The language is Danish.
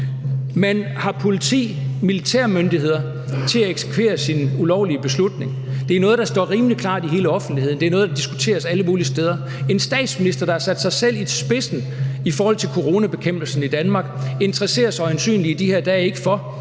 Man har politi og militærmyndigheder til at eksekvere sin ulovlige beslutning. Det er noget, der står rimelig klart i hele offentligheden, det er noget, der diskuteres alle mulige steder. En statsminister, der har sat sig selv i spidsen i forhold til coronabekæmpelsen i Danmark, interesserer sig øjensynligt i de her dage ikke for,